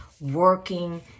working